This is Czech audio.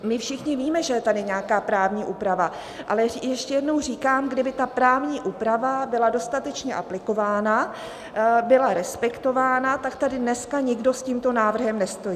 My všichni víme, že je tady nějaká právní úprava, ale ještě jednou říkám, kdyby ta právní úprava byla dostatečně aplikována, byla respektována, tak tady dneska nikdo s tímto návrhem nestojí.